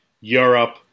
Europe